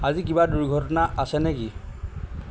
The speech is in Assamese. আজি কিবা দুৰ্ঘটনা আছে নেকি